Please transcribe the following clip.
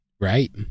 Right